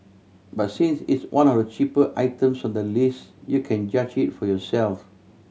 but since it's one of the cheaper items on the list you can judge it for yourself